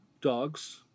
Dogs